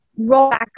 rollback